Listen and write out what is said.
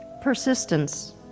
persistence